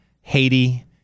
Haiti